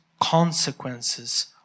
consequences